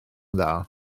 dda